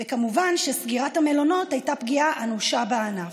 וכמובן שסגירת המלונות הייתה פגיעה אנושה בענף.